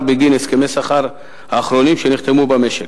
בגין הסכמי השכר האחרונים שנחתמו במשק.